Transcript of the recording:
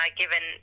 given